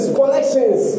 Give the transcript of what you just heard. collections